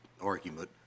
argument